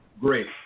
great